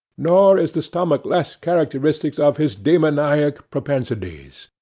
nor is the stomach less characteristic of his demoniac propensities